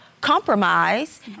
compromise